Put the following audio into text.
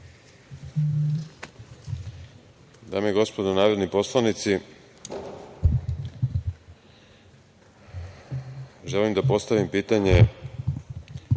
Dame i gospodo narodni poslanici, želim da postavim pitanje